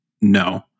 no